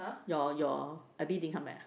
your your Abby didn't come back ah